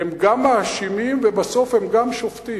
הם גם מאשימים ובסוף הם גם שופטים.